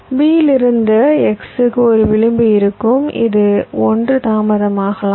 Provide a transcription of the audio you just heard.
B இலிருந்து x க்கு ஒரு விளிம்பு இருக்கும் இது 1 தாமதமாகும்